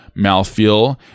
mouthfeel